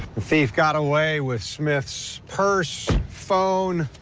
the thief got away with smith's purse, phone,